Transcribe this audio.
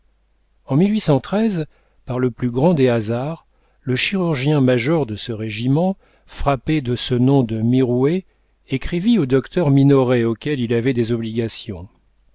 en par le plus grand des hasards le chirurgien-major de ce régiment frappé de ce nom de mirouët écrivit au docteur minoret auquel il avait des obligations